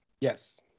Yes